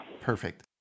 Perfect